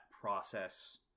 process